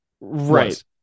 Right